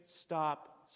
stop